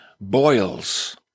boils